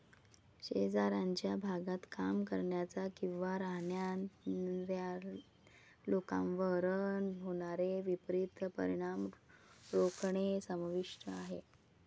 शेजारच्या भागात काम करणाऱ्या किंवा राहणाऱ्या लोकांवर होणारे विपरीत परिणाम रोखणे समाविष्ट आहे